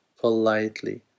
politely